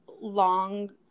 long